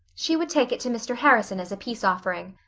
she would take it to mr. harrison as a peace offering.